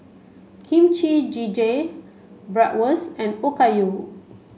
Kimchi Jjigae Bratwurst and Okayu